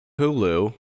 Hulu